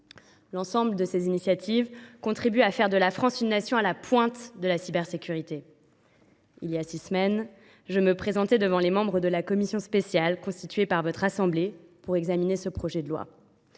L’ensemble de ces initiatives contribuent à faire de la France une nation à la pointe de la cybersécurité. Il y a six semaines, je me présentais devant la commission spéciale constituée par votre assemblée pour examiner ce projet de loi.